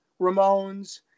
Ramones